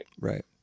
Right